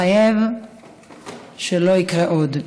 מחייב שלא יקרה עוד.